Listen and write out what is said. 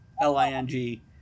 L-I-N-G